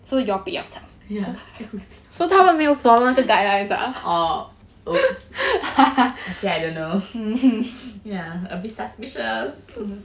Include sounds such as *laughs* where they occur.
yeah we pick ourselves oh !oops! actually I don't know *laughs* yeah a bit suspicious